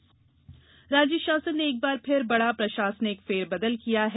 पदस्थापना राज्य शासन ने एक बार फिर बड़ा प्रशासनिक फेरबदल किया है